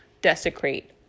desecrate